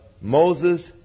Moses